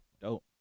dope